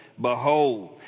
Behold